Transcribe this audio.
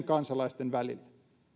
kansalaisten välille